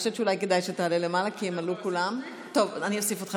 אותי שכנעת, איציק.